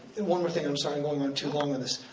and one more thing, i'm sorry, i'm going on too long on this.